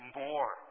more